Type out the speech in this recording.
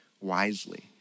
wisely